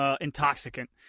intoxicant